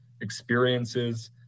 experiences